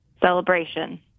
celebration